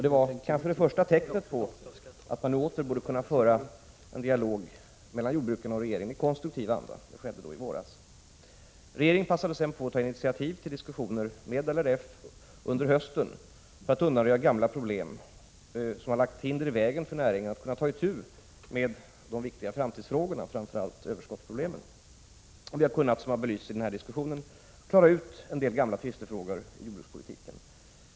Det var kanske det första tecknet på att man nu åter borde kunna föra en dialog i konstruktiv anda mellan jordbrukarna och regeringen. Detta skedde alltså i våras. Regeringen passade sedan på att ta initiativ till diskussioner med LRF under hösten för att undanröja gamla problem som lagt hinder i vägen för näringen att ta itu med de viktiga framtidsfrågorna, framför allt överskottsproblemen. Vi har kunnat, som har belysts i denna diskussion, klara ut en del gamla tvistefrågor i jordbrukspolitiken.